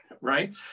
right